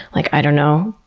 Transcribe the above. like i don't know.